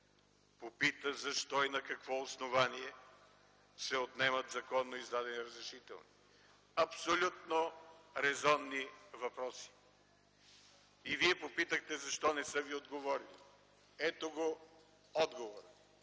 Попита: „Защо и на какво основание се отнемат законно издадени разрешителни?” – абсолютно резонни въпроси. Вие попитахте защо не са ви отговорили. Ето го отговора.